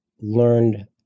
learned